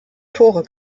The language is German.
tore